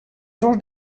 soñj